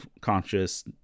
conscious